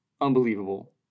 unbelievable